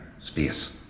space